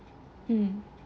mm